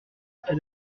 près